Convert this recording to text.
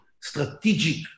strategic